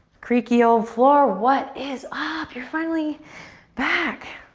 creaky old floor, what is up? you're finally back!